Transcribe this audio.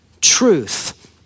truth